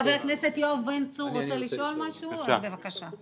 חבר הכנסת יואב בן צור רוצה לשאול משהו, אז בבקשה.